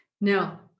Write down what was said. Now